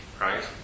right